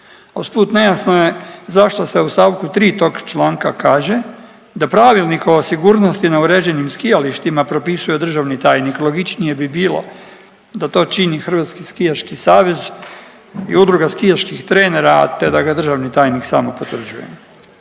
Usput nejasno je zašto se u st. 3. tog članka kaže da Pravilnik o sigurnosti na uređenim skijalištima propisuje državni tajnik, logičnije bi bilo da to čini Hrvatski skijaški savez i udruga skijaških trenera, te da ga državni tajnik samo potvrđuje,